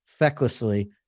fecklessly